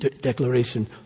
declaration